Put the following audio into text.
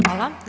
Hvala.